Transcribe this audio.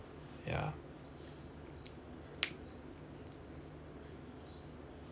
yeah